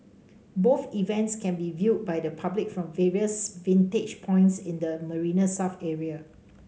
both events can be viewed by the public from various vantage points in the Marina South area